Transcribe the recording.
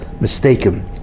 mistaken